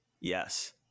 Yes